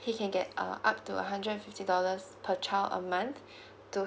he can get uh up to a hundred fifty dollars per child a month to